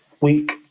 week